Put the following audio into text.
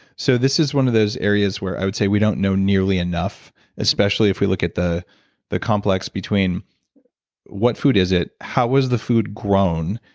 so, this is one of those areas where i would say we don't know nearly enough especially if we look at the the complex between what food is it? how was the food grown?